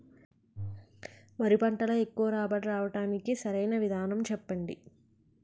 వరి పంటలో ఎక్కువ రాబడి రావటానికి సరైన విధానం చెప్పండి?